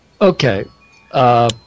Okay